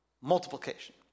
multiplication